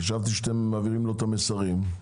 חשבתי שאתם מעבירים לו את המסרים.